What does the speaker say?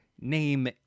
name